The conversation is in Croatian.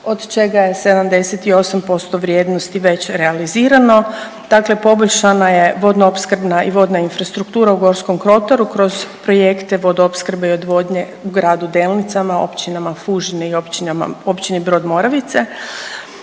od čega je 78% vrijednosti već realizirano. Dakle, poboljšana je vodoopskrbna i vodna infrastruktura u Gorskom kotaru kroz projekte vodoopskrbe i odvodnje u Gradu Delnicama, Općinama Fužine i Općini Brod Moravice.